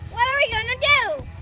what are we gonna do?